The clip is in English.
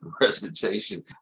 presentation